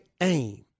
aim